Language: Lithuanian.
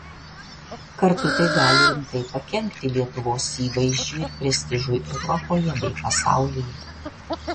kartu tai gali rimtai pakenkti lietuvos įvaizdžiui ir prestižui europoje bei pasaulyje